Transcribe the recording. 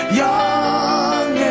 young